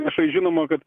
viešai žinoma kad